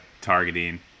targeting